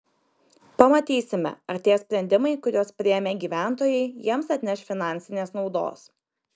pamatysime ar tie sprendimai kuriuos priėmė gyventojai jiems atneš finansinės naudos